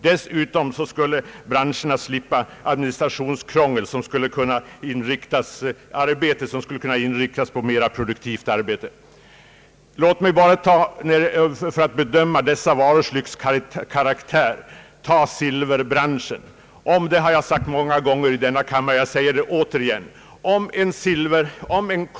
Vidare skulle företagarna slippa administrativt krångel, varigenom de skulle få mera tid över till produktivt arbete. Jag vill även denna gång anföra ett argument för dessa skatters avskaffande som jag många gånger tidigare framfört i denna kammare.